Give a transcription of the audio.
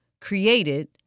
created